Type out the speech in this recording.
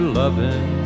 loving